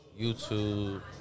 YouTube